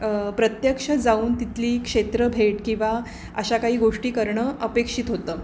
प्रत्यक्ष जाऊन तिथली क्षेत्रभेट किंवा अशा काही गोष्टी करणं अपेक्षित होतं